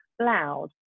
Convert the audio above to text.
loud